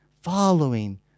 following